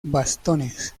bastones